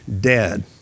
dead